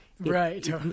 Right